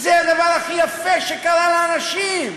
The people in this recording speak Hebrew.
זה הדבר הכי יפה שקרה לאנשים.